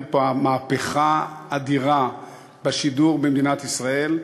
מהפכה אדירה בשידור במדינת ישראל.